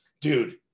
dude